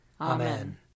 Amen